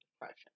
depression